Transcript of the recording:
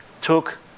took